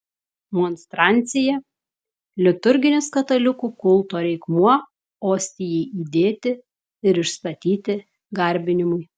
monstrancija liturginis katalikų kulto reikmuo ostijai įdėti ir išstatyti garbinimui